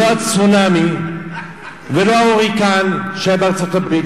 לא הצונאמי ולא ההוריקן שהיה בארצות הברית,